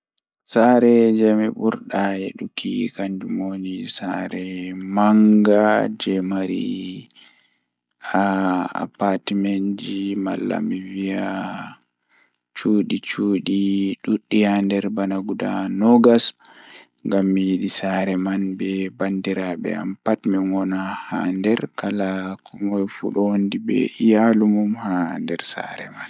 Saare jei mi burdaa yiduki janjum woni saare manga jei woni haa apatmenji mallaa mi wiya cudi-cudi duddi haander bana guda noogas ngam mi yidi min be bandiraabe am pat min wona haa nder kala komoi fuu don wondi be iyaalu mum haa nder saare man.